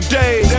day